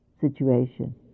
situation